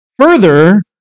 further